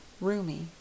roomy